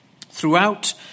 throughout